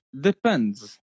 depends